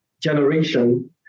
generation